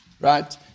right